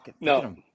no